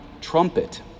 Trumpet